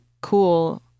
cool